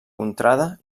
contrada